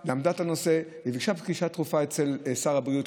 היא למדה את הנושא וביקשה פגישה דחופה אצל שר הבריאות,